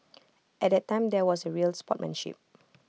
at that time there was A real sportsmanship